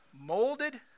molded